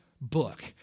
book